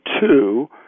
two